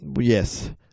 Yes